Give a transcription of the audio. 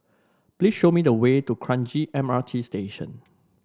please show me the way to Kranji M R T Station